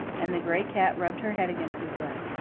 and the gray cat rubbed her head against his leg.